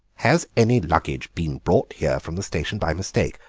has any luggage been brought here from the station by mistake,